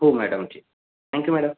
हो मॅडमजी thank you madam